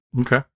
Okay